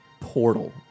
portal